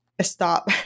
stop